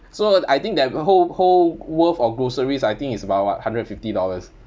so I think that a whole whole worth of groceries I think is about what hundred and fifty dollars